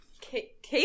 Kate